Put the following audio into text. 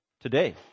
today